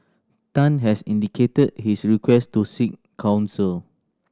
Tan has indicated his request to seek counsel